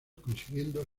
consiguiendo